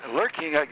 lurking